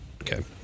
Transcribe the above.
okay